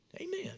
Amen